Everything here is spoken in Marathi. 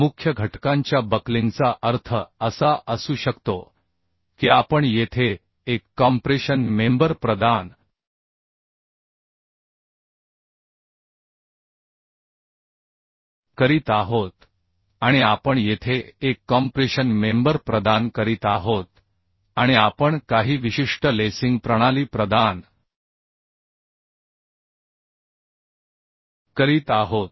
मुख्य घटकांच्या बक्लिंगचा अर्थ असा असू शकतो की आपण येथे एक कॉम्प्रेशन मेंबर प्रदान करीत आहोत आणि आपण येथे एक कॉम्प्रेशन मेंबर प्रदान करीत आहोत आणि आपण काही विशिष्ट लेसिंग प्रणाली प्रदान करीत आहोत